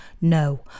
No